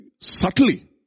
subtly